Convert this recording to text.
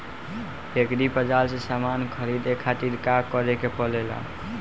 Agri बाज़ार से समान ख़रीदे खातिर का करे के पड़ेला?